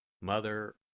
Mother